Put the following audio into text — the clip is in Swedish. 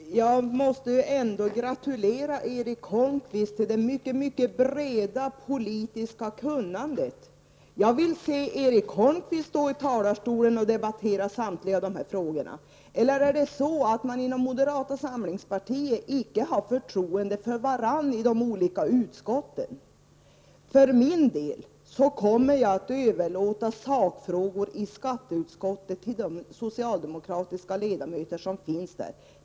Herr talman! Jag måste ändå gratulera Erik Holmkvist till det mycket, mycket breda politiska kunnandet. Jag vill se Erik Holmkvist stå i talarstolen och debattera samtliga dessa frågor. Är det i stället möjligen så att man inom moderata samlingspartiet icke har förtroende för varandra i de olika utskotten? För min del kommer jag att överlåta sakfrågor på skatteområdet till de socialdemokratiska ledamöter som sitter i skatteutskottet.